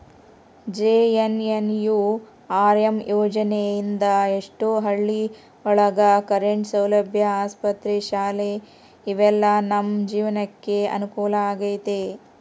JNNURM ಯೋಜನೆ ಇಂದ ಎಷ್ಟೋ ಹಳ್ಳಿ ಒಳಗ ಕರೆಂಟ್ ಸೌಲಭ್ಯ ಆಸ್ಪತ್ರೆ ಶಾಲೆ ಇವೆಲ್ಲ ನಮ್ ಜೀವ್ನಕೆ ಅನುಕೂಲ ಆಗೈತಿ